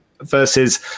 versus